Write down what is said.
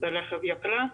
ברכבי יוקרה.